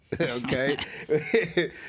Okay